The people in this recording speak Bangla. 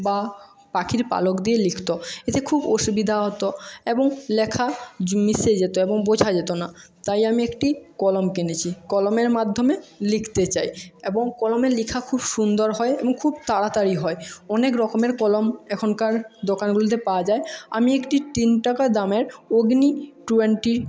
বা পাখির পালক দিয়ে লিখতো এতে খুব অসুবিধা হতো এবং লেখা মিশে যেতো এবং বোঝা যেতো না তাই আমি একটি কলম কিনেছি কলমের মাধ্যমে লিখতে চাই এবং কলমে লেখা খুব সুন্দর হয় এবং খুব তাড়াতাড়ি হয় অনেক রকমের কলম এখনকার দোকানগুলিতে পাওয়া যায় আমি একটি তিন টাকা দামের অগ্নি টোয়েন্টি